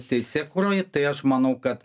teisėkūroj tai aš manau kad